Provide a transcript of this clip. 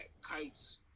Kite's